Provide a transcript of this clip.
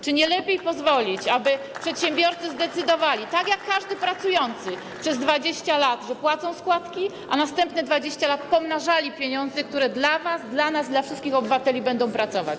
Czy nie lepiej pozwolić, aby przedsiębiorcy zdecydowali, tak jak każdy pracujący, przez 20 lat, że płacą składki, a następne 20 lat pomnażali pieniądze, które dla was, dla nas i dla wszystkich obywateli będą pracować?